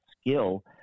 skill